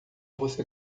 você